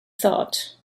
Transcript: thought